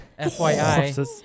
FYI